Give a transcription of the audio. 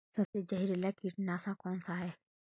सबसे जहरीला कीटनाशक कौन सा है?